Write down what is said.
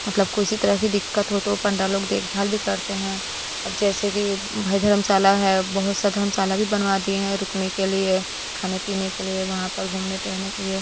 मतलब कोई सी तरह की दिक़्क़त हो तो वह पंडा लोग देखभाल भी करते हैं अब जैसे कि भाई धर्मशाला है बहुत सा धर्मशाला भी बनवा दिए हैं रुकने के लिए खाने पीने लिए वहाँ पर घूमने टेहेलने के लिए